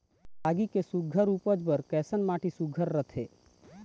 रागी के सुघ्घर उपज बर कैसन माटी सुघ्घर रथे?